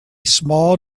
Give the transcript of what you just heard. small